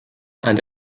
and